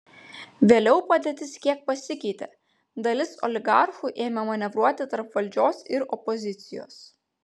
vėliau padėtis kiek pasikeitė dalis oligarchų ėmė manevruoti tarp valdžios ir opozicijos